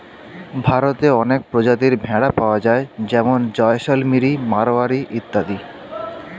ভারতে অনেক প্রজাতির ভেড়া পাওয়া যায় যেমন জয়সলমিরি, মারোয়ারি ইত্যাদি